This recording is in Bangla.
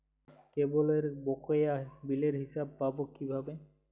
কেবলের বকেয়া বিলের হিসাব পাব কিভাবে?